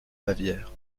bavière